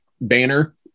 banner